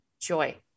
joy